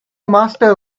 master